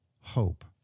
hope